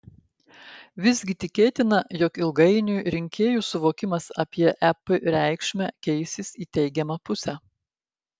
visgi tikėtina jog ilgainiui rinkėjų suvokimas apie ep reikšmę keisis į teigiamą pusę